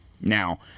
now